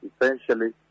essentially